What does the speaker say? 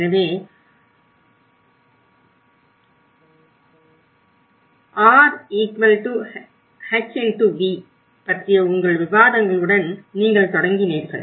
எனவே RHxV பற்றிய உங்கள் விவாதங்களுடன் நீங்கள் தொடங்கினீர்கள்